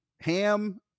Ham